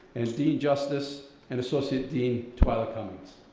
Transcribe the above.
and dean justice, and associate dean twyla cummings.